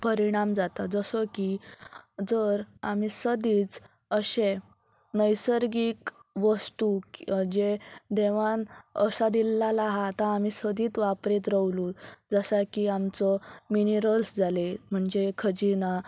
परिणाम जाता जसो की जर आमी सदांच अशें नैसर्गीक वस्तू जे देवान असा दिल्लेलें आसा तो आमी सदांच वापरीत रावले जसा की आमचो मिनरल्स जाले म्हणजे खजिना